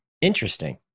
interesting